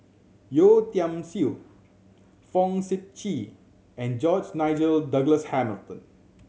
Yeo Tiam Siew Fong Sip Chee and George Nigel Douglas Hamilton